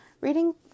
reading